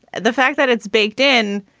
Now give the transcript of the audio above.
the fact that it's baked in.